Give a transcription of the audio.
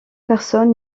personne